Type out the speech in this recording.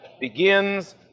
begins